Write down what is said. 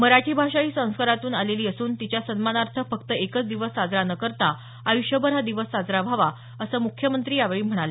मराठी भाषा ही संस्कारातून आलेली असून तिच्या सन्मानाथे फक्त एकच दिवस साजरा न करता आयुष्यभर हा दिवस साजरा व्हावा असं मुख्यमंत्री यावेळी म्हणाले